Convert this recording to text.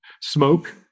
Smoke